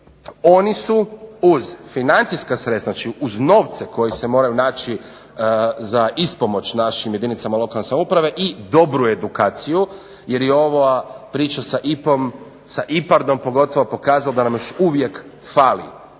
oni su uz financijska sredstva, znači uz novce koji se moraju naći za ispomoć našim jedinicama lokalne samouprave i dobru edukaciju jer i ova priča sa IPA-om, sa IPARD-om pogotovo pokazala da nam još uvijek fali